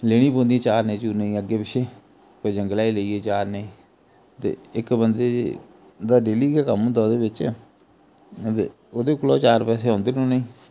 लेनी पौंदी चारने चुरने गी अग्गे पिच्छे कोई जंगलै च लेई गे चारने ते इक बंदे दा डेली गै कम्म होंदा ओह्दे बिच्च ते ओह्दे कोला चार पैसे औंदे न उ'नेंगी